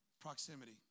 Proximity